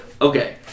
Okay